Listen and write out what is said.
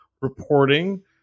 reporting